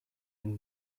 been